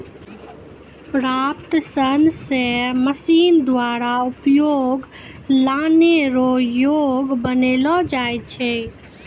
प्राप्त सन से मशीन द्वारा उपयोग लानै रो योग्य बनालो जाय छै